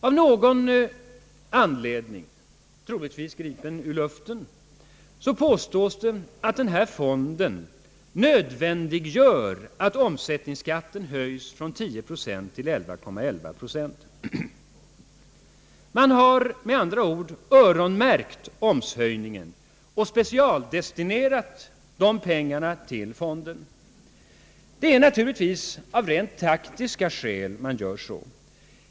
Av någon anledning — troligtvis gri pen ur luften — påstås det att denna fond nödvändiggör att omsättningsskatten höjs från 10 procent till 11,11 procent. Man har med andra ord »öronmärkt» oms-höjningen och specialdestinerat dessa pengar till fonden. Det är naturligtvis av rent taktiska skäl man gör så.